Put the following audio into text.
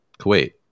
Kuwait